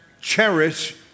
cherish